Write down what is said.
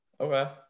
Okay